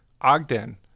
Ogden